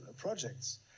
Projects